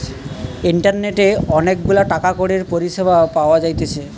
ইন্টারনেটে অনেক গুলা টাকা কড়ির পরিষেবা পাওয়া যাইতেছে